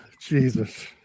Jesus